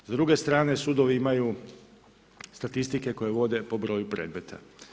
S druge strane, sudovi imaju statistike koje vode po broju predmeta.